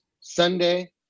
Sunday